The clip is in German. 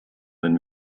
wenn